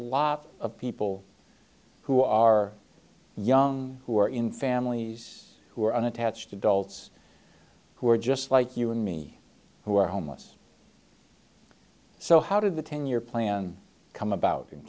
lot of people who are young who are in families who are unattached adults who are just like you and me who are homeless so how did the ten year plan come about in